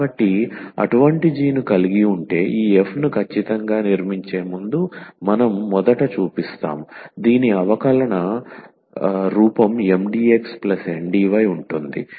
కాబట్టి అటువంటి g ను కలిగి ఉంటే ఈ f ను ఖచ్చితంగా నిర్మించే ముందు మనం మొదట చూపిస్తాము దీని అవకలన MdxNdy